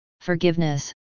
forgiveness